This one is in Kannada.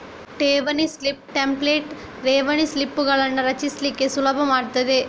ಠೇವಣಿ ಸ್ಲಿಪ್ ಟೆಂಪ್ಲೇಟ್ ಠೇವಣಿ ಸ್ಲಿಪ್ಪುಗಳನ್ನ ರಚಿಸ್ಲಿಕ್ಕೆ ಸುಲಭ ಮಾಡ್ತದೆ